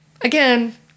again